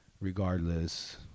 regardless